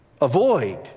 Avoid